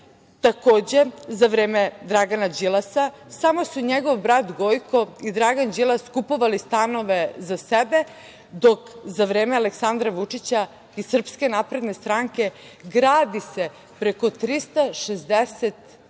evra. Takođe, za vreme Dragana Đilasa, samo su njegov brat Gojko i Dragan Đilas kupovali stanove za sebe, dok za vreme Aleksandra Vučića i SNS gradi se preko 360 stanova